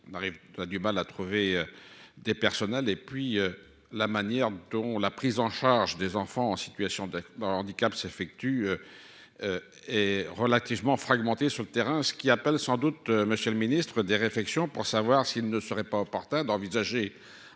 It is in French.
on a du mal à trouver des personnels et puis la manière dont la prise en charge des enfants en situation d'être dans le handicap s'effectue et relativement fragmenté sur le terrain, ce qu'il appelle sans doute Monsieur le Ministre des réflexions pour savoir s'il ne serait pas opportun d'envisager,